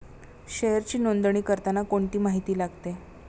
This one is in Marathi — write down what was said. शेअरची नोंदणी करताना कोणती माहिती लागते?